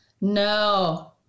No